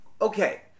Okay